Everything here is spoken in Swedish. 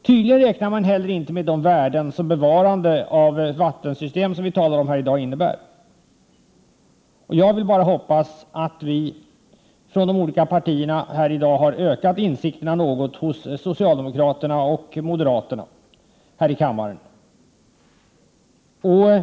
Tydligen räknar man heller inte med de värden som bevarande av vattensystem som vi talar om här i dag innebär. Jag vill bara hoppas att vi från de olika partierna i dag har ökat insikterna något hos socialdemokraterna och moderaterna här i kammaren.